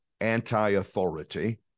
anti-authority